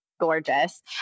gorgeous